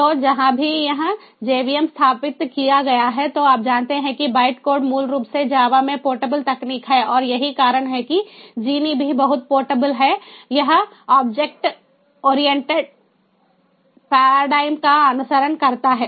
तो जहां कभी यह JVM स्थापित किया गया है तो आप जानते हैं कि बाइट कोड मूल रूप से जावा में पोर्टेबल तकनीक है और यही कारण है कि Jini भी बहुत पोर्टेबल है यह ऑब्जेक्ट ओरिएंटेड पेरडाइम का अनुसरण करता है